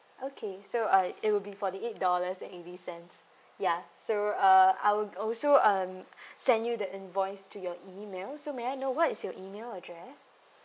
okay so uh it'll be forty eight dollars and eighty cents ya so uh I would also um send you the invoice to your email so may I know what is your email address